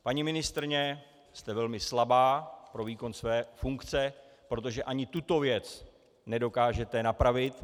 Paní ministryně, jste velmi slabá pro výkon své funkce, protože ani tuto věc nedokážete napravit.